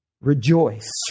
Rejoice